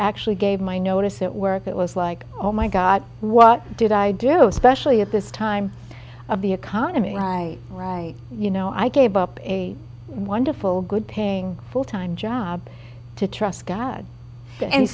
actually gave my notice at work it was like oh my god what did i do especially at this time of the economy i write you know i gave up a wonderful good paying full time job to trust god and